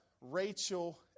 Rachel